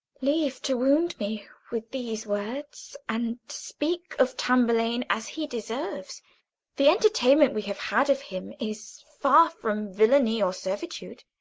leave to wound me with these words, and speak of tamburlaine as he deserves the entertainment we have had of him is far from villany or servitude,